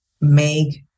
make